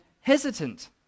hesitant